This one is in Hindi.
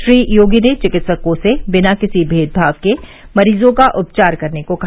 श्री योगी ने विकित्सकों से बिना किसी भेदभाव के मरीजों का उपचार करने को कहा